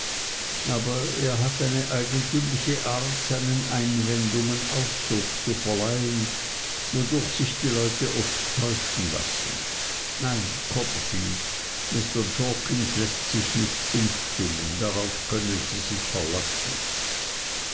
aber er hat eine eigentümliche art seinen einwendungen ausdruck zu verleihen wodurch sich die leute oft täuschen lassen nein copperfield mr jorkins läßt sich nicht umstimmen darauf können sie sich verlassen